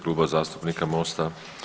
Kluba zastupnika Mosta.